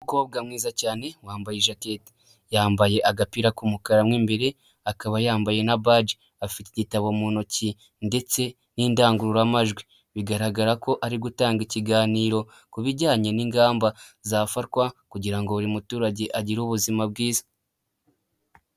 Umukobwa mwiza cyane, wambaye ijakete. Yambaye agapira k'umukara, mo imbere akaba yambaye na baji. Afite igitabo mu ntoki ndetse n'indangururamajwi. Bigaragara ko ari gutanga ikiganiro ku bijyanye n'ingamba zafatwa kugira ngo buri muturage agire ubuzima bwiza.